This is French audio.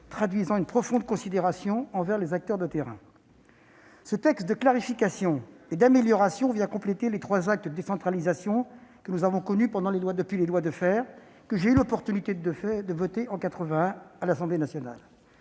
traduisant une profonde considération pour les acteurs de terrain. Ce texte de clarification et d'amélioration vient compléter les trois actes de décentralisation que nous avons connus depuis les lois Defferre, que j'ai eu l'opportunité de voter en 1981 à l'Assemblée nationale.